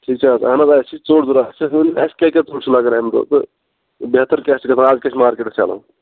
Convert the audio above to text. ٹھیٖک چھِ حظ اَہَن حظ آ اَسہِ چھِ ژۆٹ ضروٗرت اَسہِ حظ ؤنِو اَسہِ کیٛاہ کیٛاہ ژوٚٹ چھِ لگان اَمہِ دۅہ تہٕ بہتر کیٛاہ چھُ گژھان اَز کیٛاہ چھُ مارکیٚٹَس چَلان